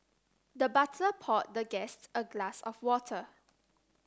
the butler poured the guests a glass of water